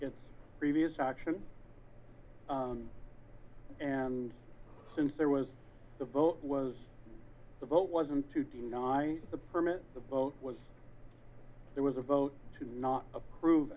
its previous action and since there was the vote was the vote was and to deny the permit the boat was there was a vote to not approve